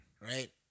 Right